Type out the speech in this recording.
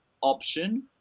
option